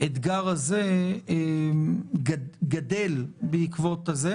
שהאתגר הזה גדל בעקבות כך,